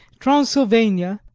transylvania,